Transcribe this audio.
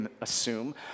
assume